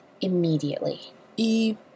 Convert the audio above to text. immediately